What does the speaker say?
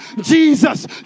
jesus